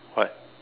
what